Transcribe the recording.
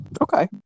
Okay